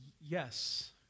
Yes